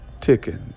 ticking